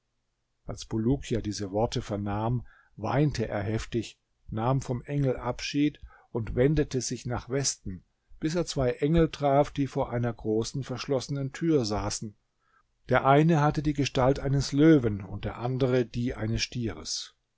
als bulukia diese worte vernahm weinte er heftig nahm vom engel abschied und wendete sich nach westen bis er zwei engel traf die vor einer großen verschlossenen tür saßen der eine hatte die gestalt eines löwen und der andere die eines stieres